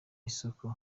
isoko